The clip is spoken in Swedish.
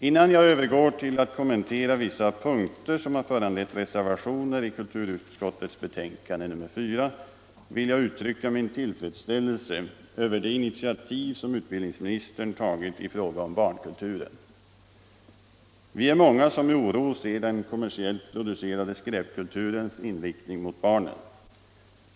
Innan jag övergår till att kommentera vissa punkter som har föranlett — Nr 37 reservationer vid kulturutskottets betänkande nr 4 vill jag uttrycka min Torsdagen den tillfredsställelse över det initiativ som utbildningsministern tagit i fråga 13 mars 1975 om barnkulturen. Vi är många som.med oro ser den kommersiellt producerade skräpkulturens inriktning mot barnen.